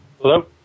Hello